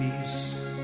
peace